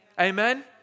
Amen